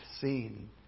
seen